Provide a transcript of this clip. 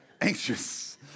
anxious